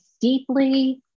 deeply